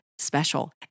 special